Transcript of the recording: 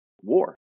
war